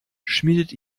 schmiedet